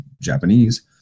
japanese